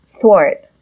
thwart